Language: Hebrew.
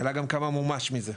השאלה היא גם כמה מומש מזה.